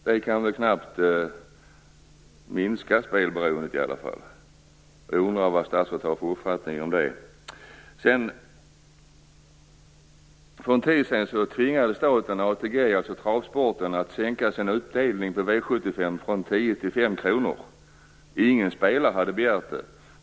Det kan väl knappast minska spelberoendet. För en tid sedan tvingade staten ATG, dvs. travsporten, att sänka sin utdelning på V75 från 10 kr till 5 kr. Ingen spelare hade begärt det.